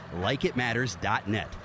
LikeItMatters.net